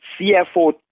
cfo